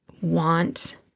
want